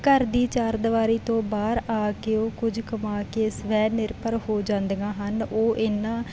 ਘਰ ਦੀ ਚਾਰ ਦੀਵਾਰੀ ਤੋਂ ਬਾਹਰ ਆ ਕੇ ਉਹ ਕੁਝ ਕਮਾ ਕੇ ਸਵੈ ਨਿਰਭਰ ਹੋ ਜਾਂਦੀਆਂ ਹਨ ਉਹ ਇਹਨਾਂ